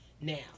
Now